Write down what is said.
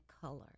color